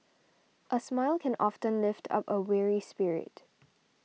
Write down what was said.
a smile can often lift up a weary spirit